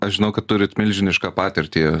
aš žinau kad turit milžinišką patirtį